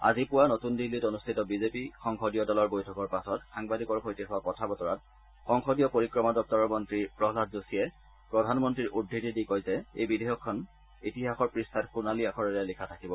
আজি পুবা নতুন দিল্লীত অনুষ্ঠিত বিজেপি সংসদীয় দলৰ বৈঠকৰ পাছত সাংবাদিকৰ সৈতে হোৱা কথা বতৰাত সংসদীয় পৰিক্ৰমা দপ্তৰৰ মন্ত্ৰী প্ৰহ্লাড যোশীয়ে প্ৰধানমন্ত্ৰীৰ উদ্ধৃত্তি দি কয় যে এই বিধেয়কখন ইতিহাসৰ পৃষ্ঠাত সোণালী আখৰেৰে লিখা থাকিব